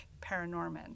Paranorman